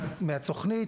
מהתוכנית,